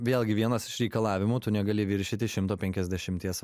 vėlgi vienas iš reikalavimų tu negali viršyti šimto penkiasdešimties